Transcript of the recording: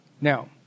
Now